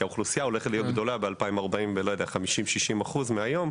כי האוכלוסייה הולכת להיות גדולה 2040 ב-50%-60% מהיום.